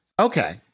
Okay